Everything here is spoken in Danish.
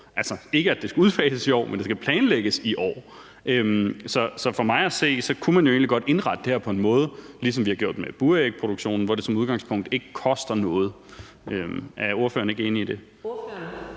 altså ikke at det skal udfases i år, men at det skal planlægges i år. Så for mig at se kunne man jo egentlig godt indrette det her på en måde, ligesom vi har gjort med burægproduktionen, hvor det som udgangspunkt ikke koster noget. Er ordføreren ikke enig i det?